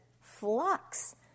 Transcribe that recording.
flux